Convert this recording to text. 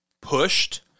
pushed